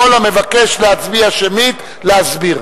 יכול המבקש להצביע שמית להסביר.